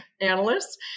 analysts